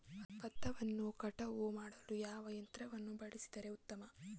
ಭತ್ತವನ್ನು ಕಟಾವು ಮಾಡಲು ಯಾವ ಯಂತ್ರವನ್ನು ಬಳಸಿದರೆ ಉತ್ತಮ?